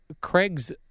Craig's